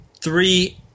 three